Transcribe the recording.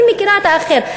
אני מכירה את האחר.